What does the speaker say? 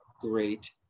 great